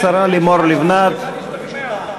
השרה לימור לבנת, השתכנע.